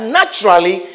naturally